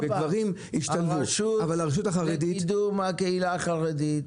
הרשות לקידום הקהילה החרדית,